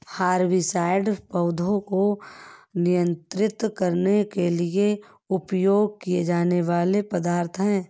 herbicides पौधों को नियंत्रित करने के लिए उपयोग किए जाने वाले पदार्थ हैं